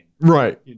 Right